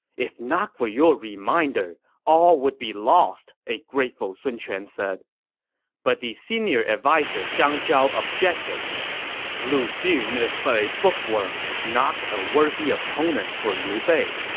if not for your reminder, all would be lost, a grateful sun quan said but the senior adviser zhang zhao objected lu xun is but a bookworm, not a worthy opponent for liu bei.